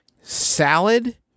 Salad